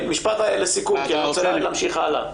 משפט לסיכום כי אני רוצה להמשיך הלאה.